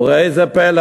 וראה זה פלא,